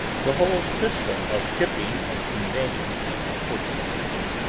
the whole system of shipping and conveying these unfortunate persons,